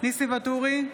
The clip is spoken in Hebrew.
ניסים ואטורי,